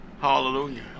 hallelujah